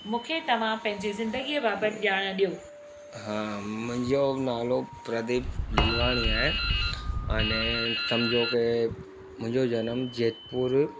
मूंखे तव्हां पंहिंजे ज़िंदगीअ बाबति ॼाण ॾेयो हा मुंहिंजो नालो प्रदीप लीलवाणी आहे अने सम्झो के मुंहिंजो जनमु जयपुर